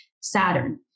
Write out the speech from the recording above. Saturn